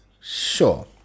sure